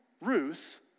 Ruth